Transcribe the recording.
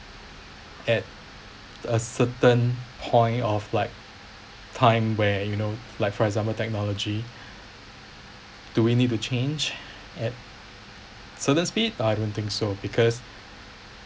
at a certain point of like time where you know like for example technology do we need to change at sudden speed I don't think so because